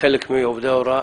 חלק מעובדי ההוראה.